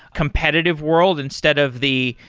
competitive world, instead of the,